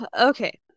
okay